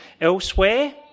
elsewhere